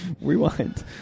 rewind